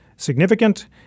significant